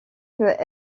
peut